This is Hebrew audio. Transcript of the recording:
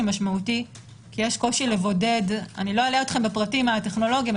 משמעותי כי יש קושי לבודד אני לא אלאה אתכם בפרטים הטכנולוגיים,